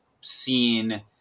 seen